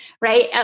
Right